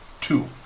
Two